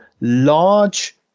large